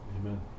Amen